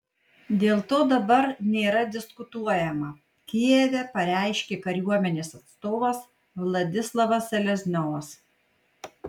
dėl to dabar nėra diskutuojama kijeve pareiškė kariuomenės atstovas vladislavas selezniovas